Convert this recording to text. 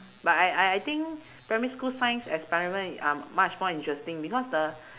but I I I think primary school science experiment are much more interesting because the